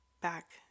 back